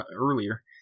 earlier